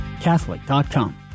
Catholic.com